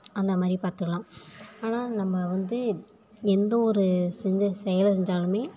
அந்தமாதிரி பார்த்துக்கலாம் ஆனால் நம்ம வந்து எந்த ஒரு செஞ்ச செயலை செஞ்சாலும்